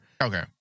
Okay